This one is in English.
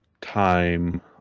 time